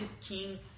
King